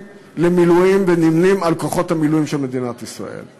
למילואים ונמנים עם כוחות המילואים של מדינת ישראל.